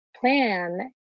plan